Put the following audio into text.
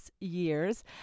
years